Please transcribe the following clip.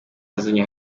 azanye